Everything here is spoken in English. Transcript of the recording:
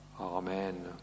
Amen